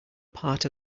part